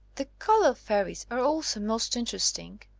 the colour fairies are also most interest ing.